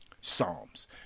Psalms